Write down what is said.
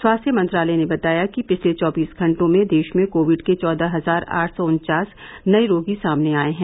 स्वास्थ्य मंत्रालय ने बताया कि पिछले चौबीस घंटो में देश में कोविड के चौदह हजार आठ सौ उन्वास नए रोगी सामने आए हैं